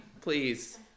please